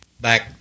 back